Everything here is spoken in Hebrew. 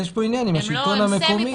יש פה עניין עם השלטון המקומי.